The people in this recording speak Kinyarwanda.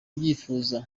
ubyifuza